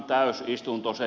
herra puhemies